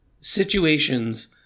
situations